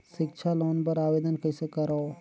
सिक्छा लोन बर आवेदन कइसे करव?